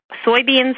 soybeans